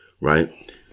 right